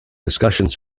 discussions